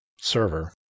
server